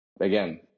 again